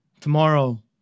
tomorrow